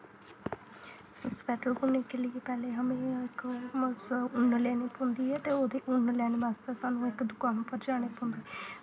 sweater बुनने के लिए पैह्ले हमें इक उन्न लैनी पौंदी ऐ ते ओह्दे उन्न लैने बास्ते सानूं इक दकान उप्पर जाने पौंदा ऐ